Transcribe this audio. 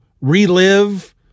relive